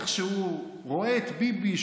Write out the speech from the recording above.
איך שהוא רואה את ביבי,